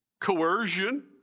coercion